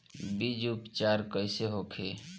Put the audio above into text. बीज उपचार कइसे होखे?